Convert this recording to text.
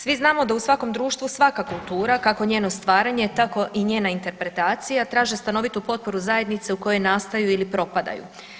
Svi znamo da u svakom društvu svaka kultura, kako njeno stvaranje tako i njena interpretacija traže stanovitu potporu zajednice u kojoj nastaju ili propadaju.